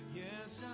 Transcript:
yes